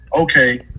Okay